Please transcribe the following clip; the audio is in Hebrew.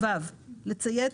לציית,